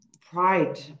pride